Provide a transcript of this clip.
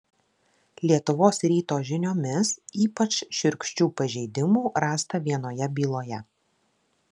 lietuvos ryto žiniomis ypač šiurkščių pažeidimų rasta vienoje byloje